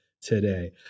today